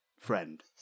friend